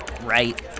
Right